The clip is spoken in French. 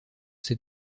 ses